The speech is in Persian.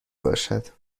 باشد